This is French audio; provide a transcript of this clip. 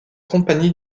compagnie